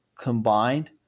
combined